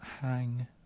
hang